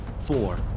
four